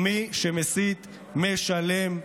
ומי שמסית משלם.